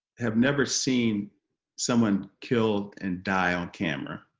have never seen someone killed and die on camera.